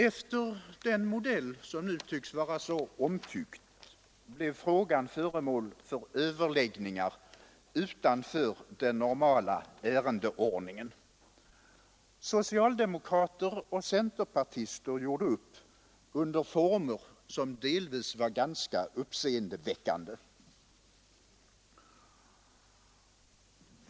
Efter den modell som nu tycks vara så omtyckt blev frågan föremål för överläggningar utanför den normala ärendeordningen. Socialdemokrater och centerpartister gjorde upp under former som delvis var ganska uppseendeväckande.